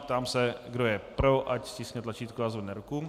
Ptám se, kdo je pro, ať stiskne tlačítko a zvedne ruku.